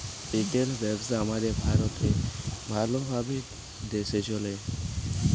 retail ব্যবসা আমাদের ভারতে ভাল ভাবে দ্যাশে চলে